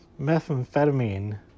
methamphetamine